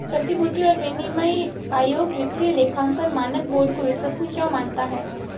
प्रतिभूति और विनिमय आयोग वित्तीय लेखांकन मानक बोर्ड को विश्वसनीय क्यों मानता है?